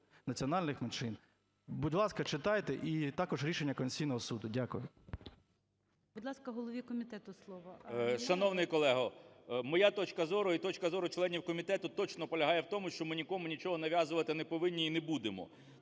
національних меншин. Будь ласка, читайте і також рішення Конституційного Суду. Дякую. ГОЛОВУЮЧИЙ. Будь ласка, голові комітету слово. 11:27:09 КНЯЖИЦЬКИЙ М.Л. Шановний колего, моя точка зору і точка зору членів комітету точно полягає в тому, що ми нікому нічого нав'язувати не повинні і не будемо.